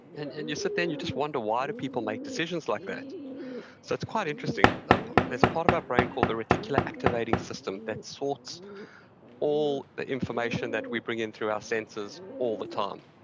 and and you sit there and you just wonder why do people make decisions like that so, it's quite interesting. ah there's a part of our brain called the reticular activating system that sorts all the information that we bring in through our senses all the time.